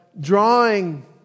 drawing